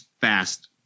fast